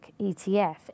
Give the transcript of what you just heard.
ETF